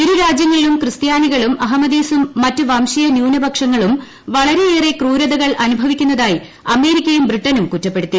ഇരു രാജ്യങ്ങളിലും ക്രിസ്ത്യാനികളും അഹമദീസും മറ്റ് വംശീയ ന്യൂനപക്ഷ ങ്ങളും വളരെയേറെ ക്രൂരതകൾ അനുഭവിക്കുന്നതായി അമേരിക്കയും ബ്രിട്ടനും കുറ്റപ്പെടുത്തി